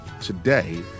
today